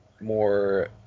more